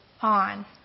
on